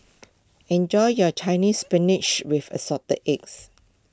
enjoy your Chinese Spinach with Assorted Eggs